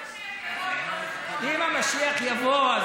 אם המשיח יבוא,